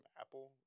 Apple